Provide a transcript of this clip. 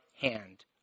hand